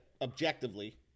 objectively